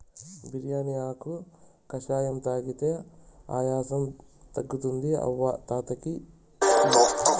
బిర్యానీ ఆకు కషాయం తాగితే ఆయాసం తగ్గుతుంది అవ్వ తాత కియి